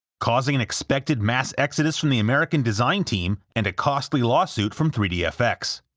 causing an expected mass-exodus from the american design team and a costly lawsuit from three dfx.